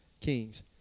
kings